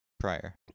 prior